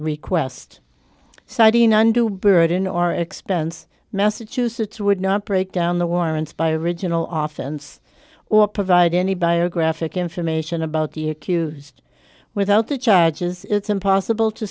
request citing an undue burden or expense massachusetts would not break down the warrants by original oftens or provide any biographical information about the accused without the charges it's impossible to